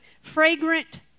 fragrant